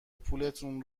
پولتون